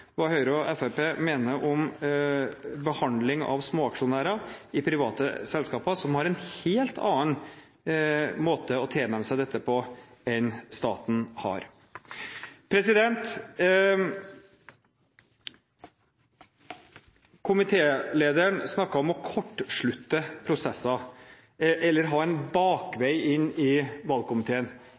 hva Høyre og Fremskrittspartiet mener om behandling av småaksjonærer i private selskaper, som har en helt annen måte å tilnærme seg dette på enn det staten har. Komitélederen snakket om å «kortslutte prosessene», eller å ha en «bakvei inn» i valgkomiteen.